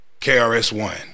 KRS-One